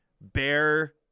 Bear